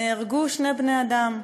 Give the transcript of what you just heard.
נהרגו שני בני-אדם,